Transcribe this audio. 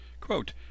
Quote